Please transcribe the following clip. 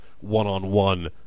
one-on-one